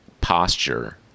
posture